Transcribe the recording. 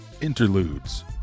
Interludes